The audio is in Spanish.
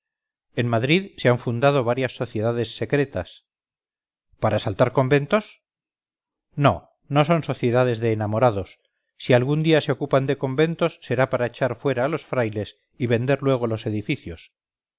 en madrid se han fundado varias sociedades secretas para asaltar conventos no no son sociedades de enamorados si algún día se ocupan de conventos será para echar fuera a los frailes y vender luego los edificios